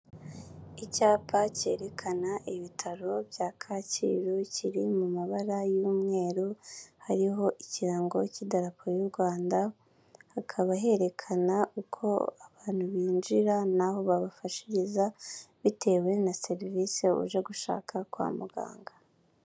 Icyapa cyerekana ibitaro bya Kacyiru, kiri mu mabara y'umweru, hariho ikirango cy'idarapo y'u Rwanda, hakaba herekana uko abantu binjira, n'aho babafashiriza, bitewe na serivise uje gushaka kwa muganga.